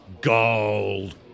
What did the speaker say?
gold